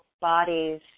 bodies